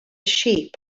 sheep